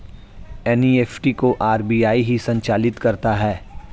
NEFT को RBI ही संचालित करता है